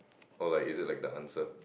or like is it like the answer